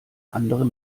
andere